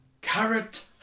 Carrot